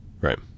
Right